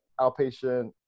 outpatient